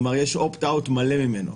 כלומר, יש "אופט-אאוט" מלא ממנו.